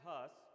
Hus